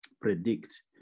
predict